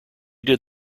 did